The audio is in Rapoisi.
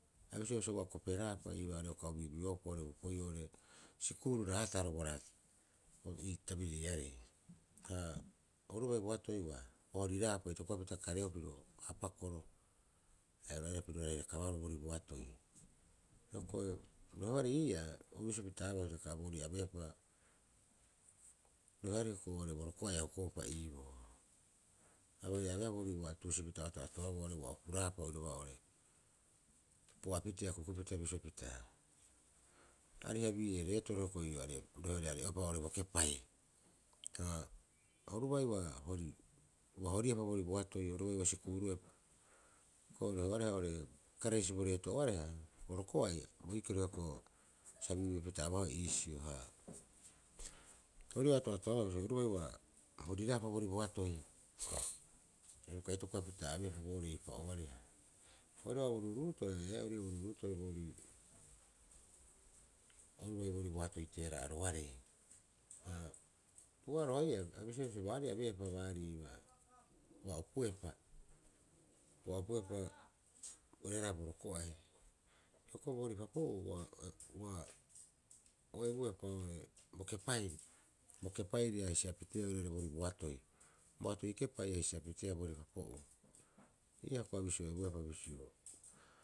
A bisioea bisio ua koperaapa iibaa are uka o biubiuapa oo'ore bo'opoi'oo oo'ore sikuuru raataro boraa ii tabiririarei ha orubai boatoi ua horiraapa itokopaita kareeau pirio bo paapakoro haia oru aira pirio rairakabaroo boorii boatoi. Hioko'i rohearei ii'aa bisio pitabaa hitaka a boorii abeepa rohearei hioko'i oo'ore bo roko'ai ahokoupa iiboo. A bai abeea boorii ua tuusipita o ato'atoabaa oo'ore ua hukuraapa oiraba oo'ore pu'apitee a kukupita bisio pita, ariha bii'ee reetoro hioko'i ii'oo aarei roheoarei areoepa oo'ore bo kepai. Ha oru bai ua hori ua horiepa boatoi, oru bai ua sikuuruepa hiokoi reheoareha kraisis bo reto'ooareha bo roko'ai boikiro hioko'i oo'ore sa biubiupita aba'ohe iisio haa ori'ii'aa a ato'atoabaa oru bai ua horiraapa boorii boatoi aru uka itokopapita abeepa boorii eipa'ooarei oiraarei bo ruuruuto'e ee, ori'ii'aa bo ruuruto'e orubai boorii boatoi teera'aroarei. Tu'uoaroha ii'oo a bisioea bisio baarii ua abeepa baarii ua hukuepa ua hukuepa oehara bo roko'ai hioko'i boorii papo'uu ua o ebuepa bo kepairi- bo kepairi ia hisi'apiteea oirare boorii boatoi, boatoi kepai a hisi'apiteea oirare papo'uu, ii'aa hioko'i a bisio ebuepa bisio.